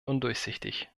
undurchsichtig